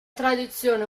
tradizione